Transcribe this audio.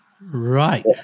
Right